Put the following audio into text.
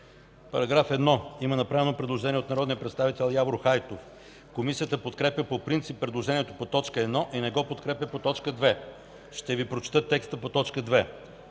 По § 1 има направено предложение от народния представител Явор Хайтов. Комисията подкрепя по принцип предложението по т. 1 и не го подкрепя по т. 2. Ще Ви прочета текста по т. 2: